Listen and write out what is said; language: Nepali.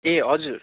ए हजुर